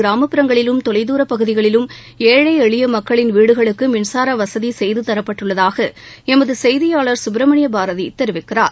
கிராமப்புறங்களிலும் தொலைதூர பகுதிகளிலும் ஏழை எளிய மக்களின் வீடுகளுக்கு மின்சார வசதி செய்து தரப்பட்டுள்ளதாக எமது செய்தியாளர் சுப்பிரமணிய பாரதி தெரிவிக்கிறார்